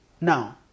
Now